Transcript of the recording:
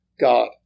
God